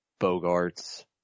Bogarts